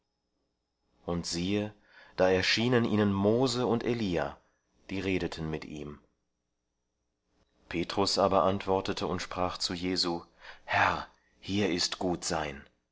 und siehe da erschienen ihnen mose und elia die redeten mit ihm petrus aber antwortete und sprach zu jesu herr hier ist gut sein